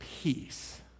peace